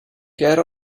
cer